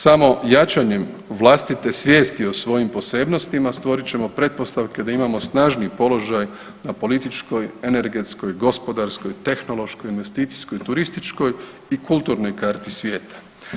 Samo jačanjem vlastite svijesti o svojim posebnostima stvorit ćemo pretpostavke da imamo snažni položaj na političkoj, energetskoj, gospodarskoj, investicijskoj, turističkoj i kulturnoj karti svijeta.